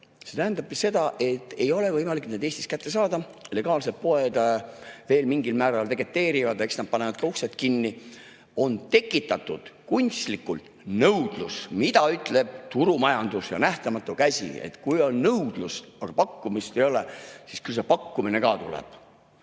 See tähendabki seda, et neid ei ole võimalik Eestis kätte saada. Legaalsed poed veel mingil määral vegeteerivad, aga eks nad panevad ka uksed kinni. On tekitatud kunstlikult nõudlus. Mida ütleb turumajanduse nähtamatu käsi? Kui on nõudlus, aga pakkumist ei ole, siis küll see pakkumine ka tuleb.